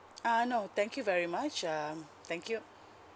uh no thank you very much um thank you